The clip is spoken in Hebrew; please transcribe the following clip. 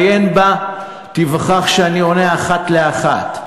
עיין בה, תיווכח שאני עונה אחת לאחת.